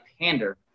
pander